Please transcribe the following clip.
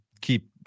keep